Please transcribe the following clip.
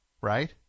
Right